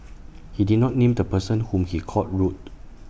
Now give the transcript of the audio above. he did not name the person whom he called rude